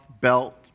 belt